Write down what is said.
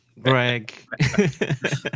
Greg